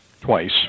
twice